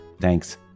Thanks